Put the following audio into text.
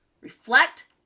Reflect